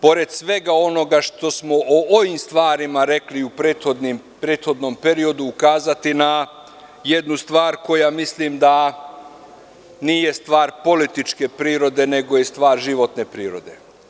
Želim, pored svega onoga što smo o ovim stvarima rekli u prethodnom periodu, ukazati na jednu stvar za koju mislim da nije stvar političke prirode, nego je stvar životne prirode.